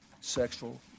sexual